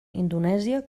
indonèsia